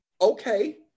okay